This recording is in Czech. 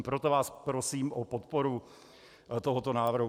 Proto vás prosím o podporu tohoto návrhu.